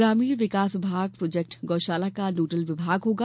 ग्रामीण विकास विभाग प्रोजेक्ट गौ शाला का नोडल विभाग होगा